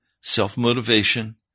self-motivation